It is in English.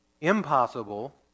impossible